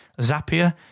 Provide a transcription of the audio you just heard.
Zapier